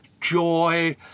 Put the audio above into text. joy